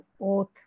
oath